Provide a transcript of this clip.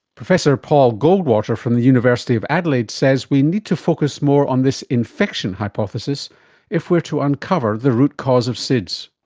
professor paul goldwater from the university of adelaide says we need to focus focus more on this infection hypothesis if we are to uncover the root cause of sids.